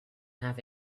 have